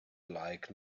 like